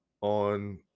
on